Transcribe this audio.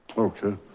okay.